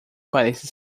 parece